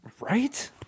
right